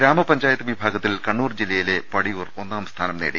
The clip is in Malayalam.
ഗ്രാമപഞ്ചായത്ത് വിഭാഗത്തിൽ കണ്ണൂർ ജില്ലയിലെ പടിയൂർ ഒന്നാംസ്ഥാനം നേടി